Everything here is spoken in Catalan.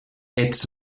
ets